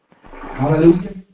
Hallelujah